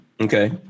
Okay